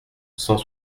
cent